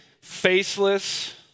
Faceless